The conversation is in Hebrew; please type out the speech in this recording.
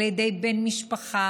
על ידי בן משפחה,